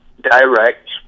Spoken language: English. direct